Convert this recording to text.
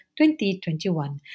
2021